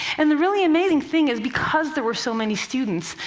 and the really amazing thing is, because there were so many students,